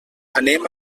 anem